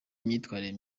imyitwarire